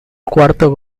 cuarto